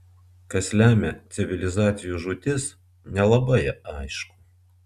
kas lemia civilizacijų žūtis nelabai aišku